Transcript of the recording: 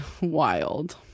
wild